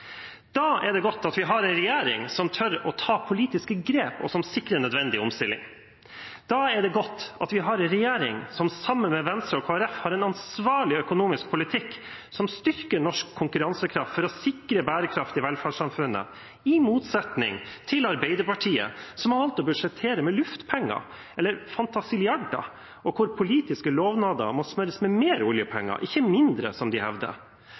Da er det godt at vi har en regjering som tør å ta politiske grep, og som sikrer nødvendig omstilling. Da er det godt at vi har en regjering som sammen med Venstre og Kristelig Folkeparti har en ansvarlig økonomisk politikk som styrker norsk konkurransekraft for å sikre bærekraft i velferdssamfunnet, i motsetning til Arbeiderpartiet som har valgt å budsjettere med luftpenger eller fantasilliarder, og hvor politiske lovnader må smøres med mer oljepenger, ikke mindre, som de hevder.